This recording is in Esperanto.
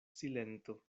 silento